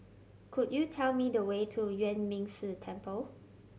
could you tell me the way to Yuan Ming Si Temple